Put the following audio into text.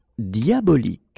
Diabolique